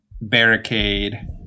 barricade